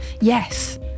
Yes